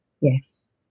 Yes